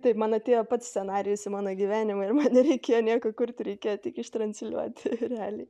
taip man atėjo pats scenarijus į mano gyvenimą ir man nereikėjo nieko kurti reikia tik ištransliuoti realiai